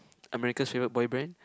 America's favourite boy band